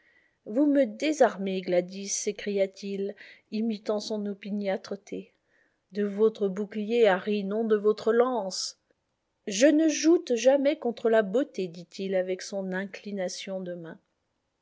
vous me désarmez gladys s'écria-t-il imitant son opiniâtreté de votre bouclier harry non de votre lance je ne joute jamais contre la beauté dit-il avec son inclination